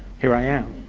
here i am!